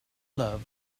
love